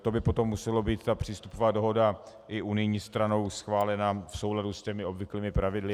To by potom musela být ta přístupová dohoda i unijní stranou schválena v souladu s těmi obvyklými pravidly.